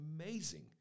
amazing